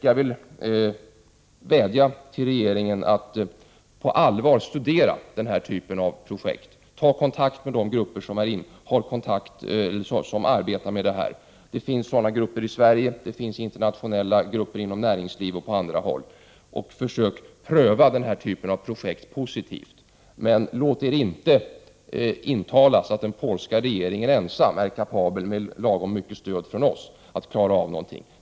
Jag vill vädja till regeringen att på allvar studera den här typen av projekt och att ta kontakt med de grupper som arbetar med detta — det finns sådana grupper i Sverige, och det finns internationella grupper inom näringslivet och på andra håll — och försöka pröva denna typ av projekt positivt. Men låt er inte intalas att den polska regeringen ensam är kapabel med lagom mycket stöd från oss att klara av något.